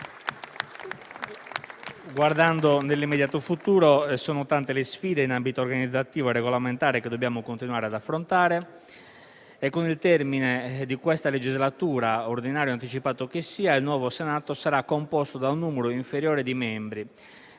Guardando nell'immediato futuro, sono tante le sfide in ambito organizzativo e regolamentare che dobbiamo continuare ad affrontare. Con il termine di questa legislatura, ordinario o anticipato che sia, il nuovo Senato sarà composto da un numero inferiore di membri,